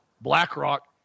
BlackRock